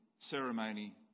ceremony